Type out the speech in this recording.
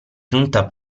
giunta